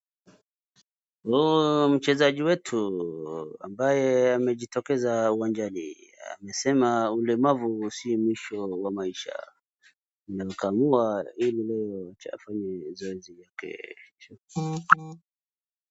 huyo ni mchezaji wetu ambaye amejitokeza uwanjani amesema ulemavu si mwisho wa maisha na kujikakamua ili afanye zoezi yake